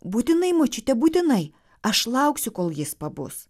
būtinai močiute būtinai aš lauksiu kol jis pabus